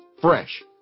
Fresh